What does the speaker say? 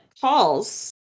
calls